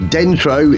Dentro